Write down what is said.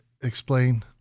explain